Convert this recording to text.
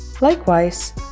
Likewise